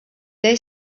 they